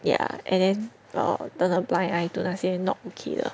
ya and then or turn a blind eye to 那些 not okay 的